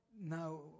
now